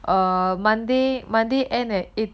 err monday monday end at eight